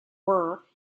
were